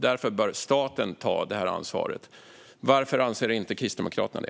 Därför bör staten ta det här ansvaret. Varför anser inte Kristdemokraterna det?